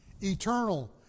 eternal